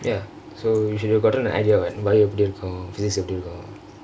ya so you should've gotten an idea what bio எப்படி இருக்கும்:epdi irukkum physics எப்படி இருக்கும்:epdi irukkum